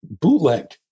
bootleg